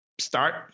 Start